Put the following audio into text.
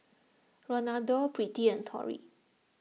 Ronaldo Birtie and Torie